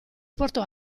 portò